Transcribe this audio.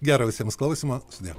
gero visiems klausimo sudie